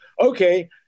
Okay